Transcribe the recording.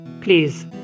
please